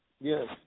yes